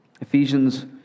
Ephesians